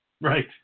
Right